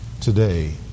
today